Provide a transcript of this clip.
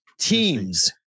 teams